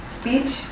speech